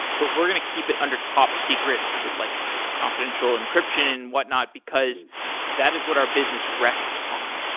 but we're going to keep it under top secret like confidential encryption and whatnot, because that is what our business rests upon.